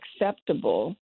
acceptable